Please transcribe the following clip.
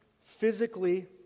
physically